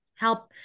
help